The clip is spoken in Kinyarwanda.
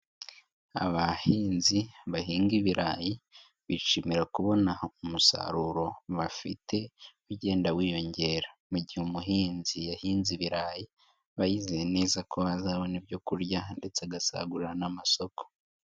Abahinzi bahinga ibirayi bishimira kubona umusaruro bafite ugenda wiyongera. Mu gihe umuhinzi yahinze ibirayi aba yizeye neza ko azabona ibyo kurya ndetse agasagurira n'amasoko.